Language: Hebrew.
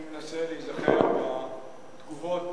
בשומעי את החברים אני מנסה להיזכר בתגובות